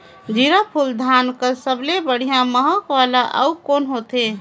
जीराफुल धान कस सबले बढ़िया महक वाला अउ कोन होथै?